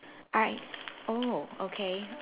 I oh okay